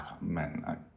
man